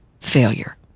failure